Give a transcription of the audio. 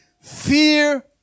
Fear